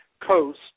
Coast